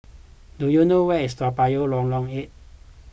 do you know where is Toa Payoh Lorong eight